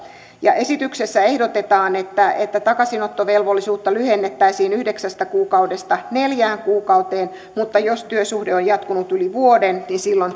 esityksessä ehdotetaan että että takaisinottovelvollisuutta lyhennettäisiin yhdeksästä kuukaudesta neljään kuukauteen mutta jos työsuhde on jatkunut yli vuoden silloin